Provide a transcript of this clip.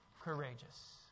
courageous